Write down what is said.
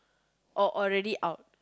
or already out